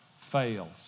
fails